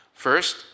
First